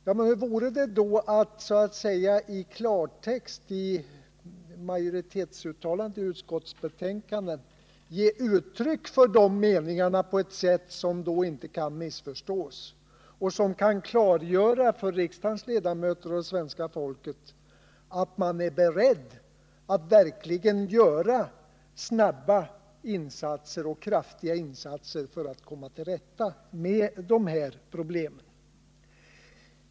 Hur vore det då att i majoritetsuttalandet i utskottsbetänkandet i klartext ge uttryck för de meningarna på ett sätt som inte kan missförstås och som kan klargöra för riksdagens ledamöter och svenska folket att man är beredd att verkligen göra snabba och kraftiga insatser för att komma till rätta med de här problemen?